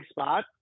spot